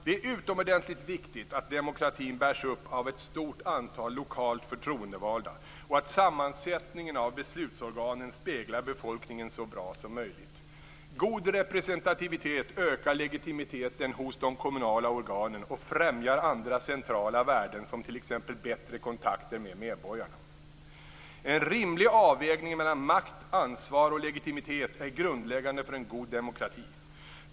Det är utomordentligt viktigt att demokratin bärs upp av ett stort antal lokalt förtroendevalda och att sammansättningen av beslutsorganen speglar befolkningen så bra som möjligt. God representativitet ökar legitimiteten hos de kommunala organen och främjar andra centrala värden som t.ex. bättre kontakter med medborgarna. En rimlig avvägning mellan makt, ansvar och legitimitet är grundläggande för en god demokrati.